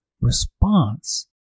response